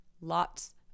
lots